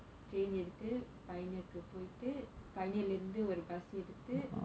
train எடுத்து:eduthu pioneer போயிட்டு:poyittu pioneer இருந்து ஒரு:irundhu oru bus எடுத்துட்டு:eduthuttu